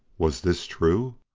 was this true?